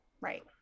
right